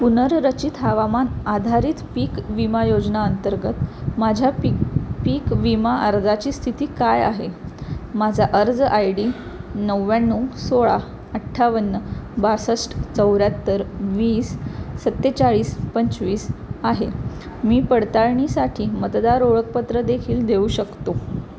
पुनर्रचित हवामान आधारित पीक विमा योजना अंतर्गत माझ्या पीक पीक विमा अर्जाची स्थिती काय आहे माझा अर्ज आय डी नव्व्याण्णव सोळा अठ्ठावन्न बासष्ट चौऱ्याहत्तर वीस सत्तेचाळीस पंचवीस आहे मी पडताळणीसाठी मतदार ओळखपत्र देखील देऊ शकतो